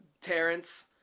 Terrence